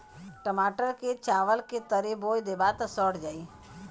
टमाटर क चावल के तरे बो देबा त सड़ जाई